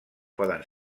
poden